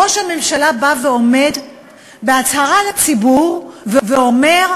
ראש הממשלה בא בהצהרה לציבור ואומר: